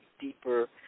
deeper